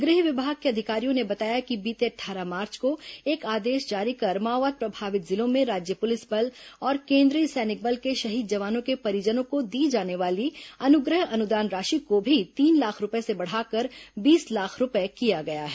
गृह विभाग के अधिकारियों ने बताया कि बीते अट्ठारह मार्च को एक आदेश जारी कर माओवाद प्रभावित जिलों में राज्य पुलिस बल और केंद्रीय सैनिक बल के शहीद जवानों के परिजनों को दी जाने वाली अनुग्रह अनुदान राशि को भी तीन लाख रूपये से बढ़ाकर बीस लाख रूपये किया गया है